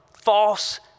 false